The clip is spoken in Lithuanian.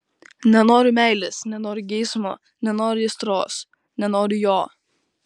nenoriu meilės nenoriu geismo nenoriu aistros nenoriu jo